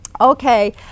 Okay